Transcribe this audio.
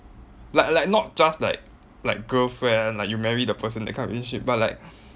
like like not just like like girlfriend like you marry the person that kind of relationship but like